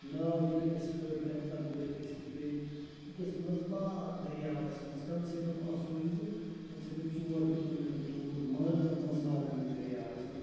ناو یُتھُے اسہِ کٔڑ تَمہِ پتہٕ ؤتھۍ أسۍ تہٕ گٔے أکِس منٛز باغ دٔریاوس منٛز کَم سے کَم آسٕہٲو أسۍ کَم سے کَم ژور کِلو میٖٹَر دوٗر منٛز منٛز باغ گٔمٕتۍ دٔریاوس منٛز